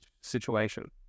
situation